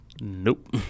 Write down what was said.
Nope